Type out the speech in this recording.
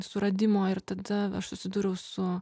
suradimo ir tada aš susidūriau su